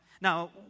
Now